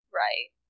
right